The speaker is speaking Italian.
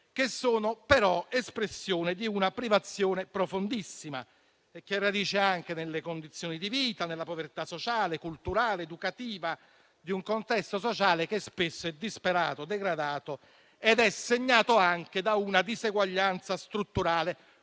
che sono, però, espressione di una privazione profondissima. Tale privazione ha radici anche nelle condizioni di vita, nella povertà sociale, culturale ed educativa di un contesto sociale che spesso è disperato, degradato e segnato anche da una diseguaglianza strutturale